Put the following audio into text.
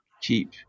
keep